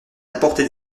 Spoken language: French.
d’apporter